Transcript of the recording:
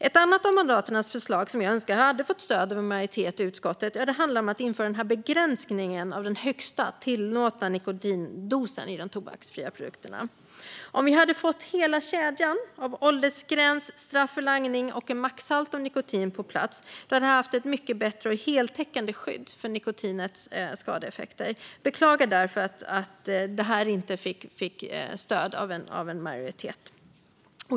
Ett annat av Moderaternas förslag som jag önskar hade fått stöd av en majoritet i utskottet handlar om att införa en begränsning av högsta tillåtna nikotindos i de tobaksfria produkterna. Om vi hade fått hela kedjan av åldersgräns, straff för langning och en maxhalt av nikotin på plats skulle vi ha haft ett mycket bättre och heltäckande skydd för nikotinets skadeeffekter. Jag beklagar därför att förslaget inte fick stöd av en majoritet.